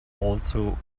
also